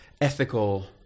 ethical